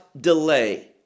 delay